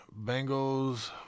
Bengals